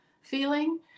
feeling